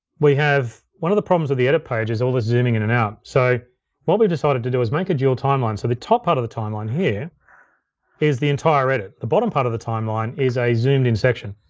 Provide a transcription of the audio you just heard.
we have, one of the problems of the edit page is all the zooming in and out. so what we've decided to do is make a dual timeline. so the top part of the timeline here is the entire edit. the bottom part of the timeline is a zoomed in section.